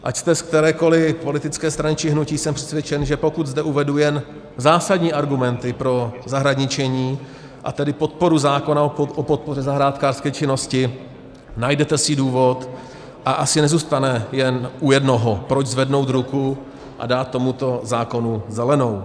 Ať jste z kterékoli politické strany či hnutí, jsem přesvědčen, že pokud zde uvedu jen zásadní argumenty pro zahradničení, a tedy podporu zákona o podpoře zahrádkářské činnosti, najdete si důvod a asi nezůstane jen u jednoho, proč zvednout ruku a dát tomuto zákonu zelenou.